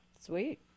Sweet